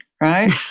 right